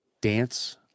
Dance